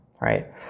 Right